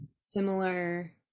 similar